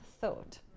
thought